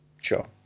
Sure